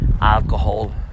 alcohol